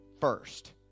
first